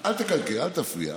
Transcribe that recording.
אל תקלקל, אל תפריע.